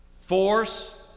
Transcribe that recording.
force